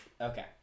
Okay